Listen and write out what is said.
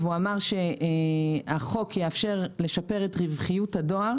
והוא אמר שהחוק יאפשר לשפר את רווחיות הדואר